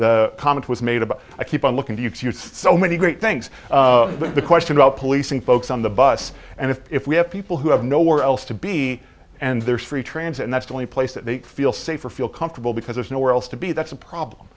the comment was made about i keep on looking to so many great things but the question about policing folks on the bus and if we have people who have nowhere else to be and there's free transit and that's the only place that they feel safe or feel comfortable because there's nowhere else to be that's a problem